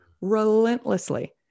relentlessly